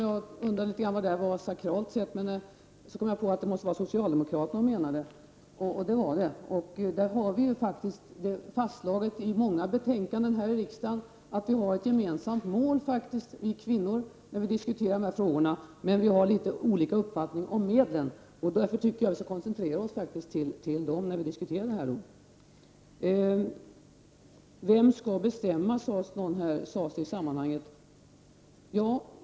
Jag funderade litet över vad det kunde vara sakralt sett. Men sedan kom jag på att hon måste mena socialdemokraterna, och det gjorde hon. Det har fastslagits i många betänkanden i riksdagen att vi kvinnor har ett gemensamt mål när vi diskuterar dessa frågor, men vi har litet olika uppfattningar om medlen. Därför tycker jag att vi skall koncentrera oss på dem när vi diskuterar detta. Det frågades i sammanhanget vem som skall bestämma.